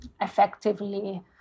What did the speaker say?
effectively